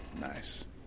Nice